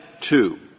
two